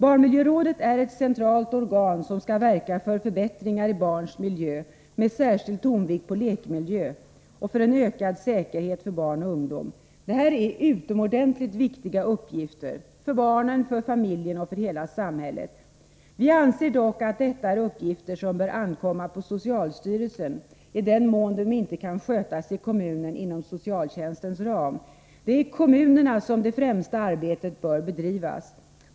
Barnmiljörådet är ett centralt organ som skall verka för förbättringar i barns miljö, med särskild tonvikt på lekmiljö, och för en ökad säkerhet för barn och ungdom. Detta är utomordentligt viktiga uppgifter — för barnen, för familjen och för hela samhället. Vi anser dock att detta är uppgifter som bör ankomma på socialstyrelsen, i den mån de inte kan skötas i kommunerna inom socialtjänstens ram. Det är i kommunerna som det främsta arbetet bör bedrivas.